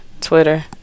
twitter